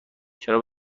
چرا